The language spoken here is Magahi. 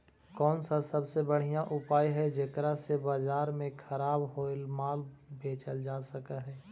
कौन सा सबसे बढ़िया उपाय हई जेकरा से बाजार में खराब होअल माल बेचल जा सक हई?